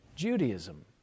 Judaism